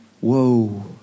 Whoa